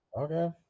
Okay